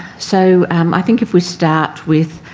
so i think if we start with